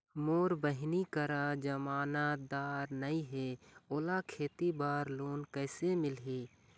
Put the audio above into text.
मोर बहिनी करा जमानतदार नई हे, ओला खेती बर लोन कइसे मिलही?